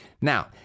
Now